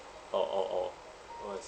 or or or was